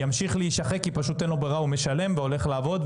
ימשיך להישחק כי פשוט אין לו בררה הוא משלם והולך לעבוד,